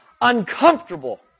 uncomfortable